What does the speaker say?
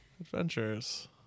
Adventures